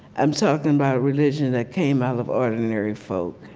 i'm talking about a religion that came out of ordinary folk.